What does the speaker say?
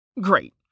Great